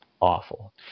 awful